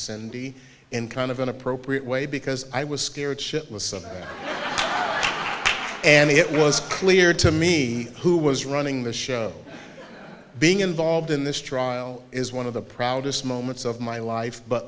cindy in kind of an appropriate way because i was scared shitless of them and it was clear to me who was running the show being involved in this trial is one of the proudest moments of my life but